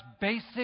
basic